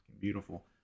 beautiful